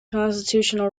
constitutional